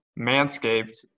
Manscaped